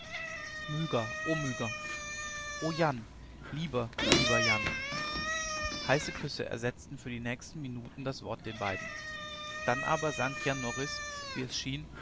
o myga o jan jan lieber lieber jan heiße küsse ersetzten für die nächsten minuten das wort den beiden dann aber sank jan norris wie es schien